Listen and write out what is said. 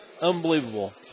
unbelievable